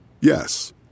Yes